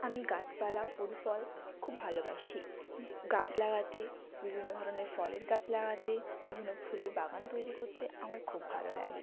আমি গাছপালা ফুল ফল খুব ভালোবাসি গাছ লাগাতে বিভিন্ন ধরনের ফলের গাছ লাগাতে বিভিন্ন ফুলের বাগান তৈরি করতে আমার খুব ভালো লাগে